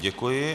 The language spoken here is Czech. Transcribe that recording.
Děkuji.